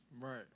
Right